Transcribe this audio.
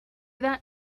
that